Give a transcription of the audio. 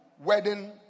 wedding